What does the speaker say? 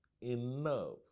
enough